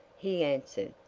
he answered,